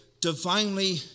divinely